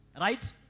right